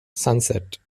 sunset